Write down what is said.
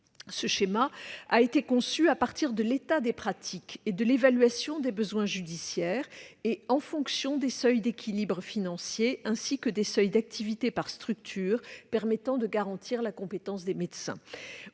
Il a été conçu à partir de l'état des pratiques et de l'évaluation des besoins judiciaires, et en fonction des seuils d'équilibre financier ainsi que des seuils d'activité par structure permettant de garantir la compétence des médecins.